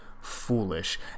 foolish